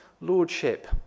lordship